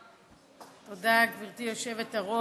תודה, גברתי היושבת-ראש.